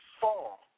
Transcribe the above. fall